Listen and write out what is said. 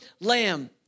lamb